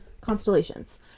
Constellations